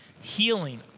healing